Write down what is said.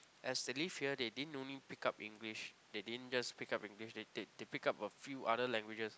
as they live here they didn't only pickup English they didn't just pickup English they they they pickup a few other languages